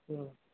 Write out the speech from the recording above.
ಹಾಂ